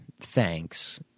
thanks